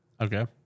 okay